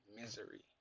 misery